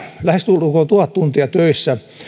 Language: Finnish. lähestulkoon tuhat tuntia töissä